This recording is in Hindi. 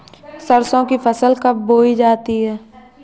सरसों की फसल कब बोई जाती है?